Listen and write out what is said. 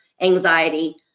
anxiety